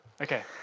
Okay